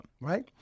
right